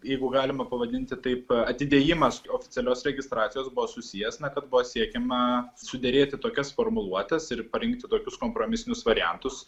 jeigu galima pavadinti taip atidėjimas oficialios registracijos buvo susijęs na kad buvo siekiama suderėti tokias formuluotes ir parinkti tokius kompromisinius variantus